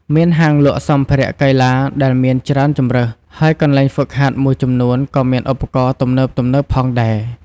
មានហាងលក់សម្ភារៈកីឡាដែលមានច្រើនជម្រើស ហើយកន្លែងហ្វឹកហាត់មួយចំនួនក៏មានឧបករណ៍ទំនើបៗផងដែរ។